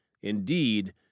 Indeed